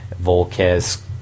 Volquez